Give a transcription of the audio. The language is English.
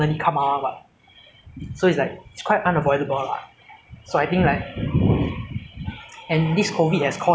like billions of dollar ah like for singapore they already cost like I think if I'm not wrong seventy three billion dollars in our reserve